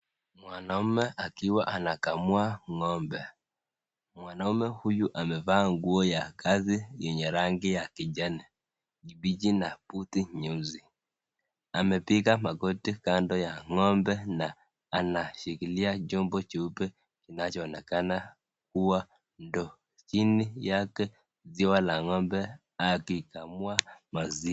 Mwanamume akiwa anakamua ng'ombe. Mwanamume huyu amevaa nguo ya kazi yenye rangi ya kijani kibichi na buti nyeusi. Amepiga magoti kando ya ng'ombe na anashikilia chombo cheupe kinachoonekana kuwa ndoo chini yake ziwa la ng'ombe akikamua maziwa.